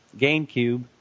GameCube